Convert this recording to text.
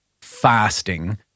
fasting